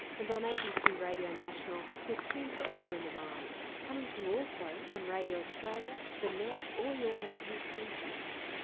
and on abc radio national you're tuned to all in the mind coming to you also on radio australia, the net or your m p three gadget.